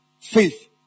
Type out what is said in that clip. faith